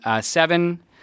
seven